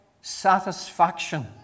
satisfaction